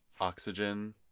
Oxygen